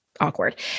awkward